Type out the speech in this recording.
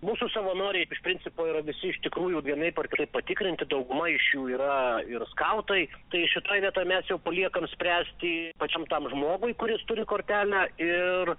mūsų savanoriai iš principo yra visi iš tikrųjų vienaip ar kitaip patikrinti dauguma iš jų yra ir skautai tai šitoj vietoj mes jau paliekam spręsti pačiam tam žmogui kuris turi kortelę ir